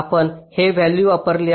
आपण हे व्हॅल्यू वापरली आहे